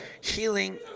Healing